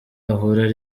ahura